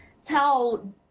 tell